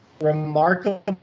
remarkable